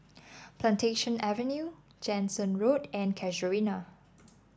Plantation Avenue Jansen Road and Casuarina